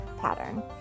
pattern